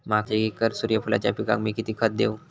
माझ्या एक एकर सूर्यफुलाच्या पिकाक मी किती खत देवू?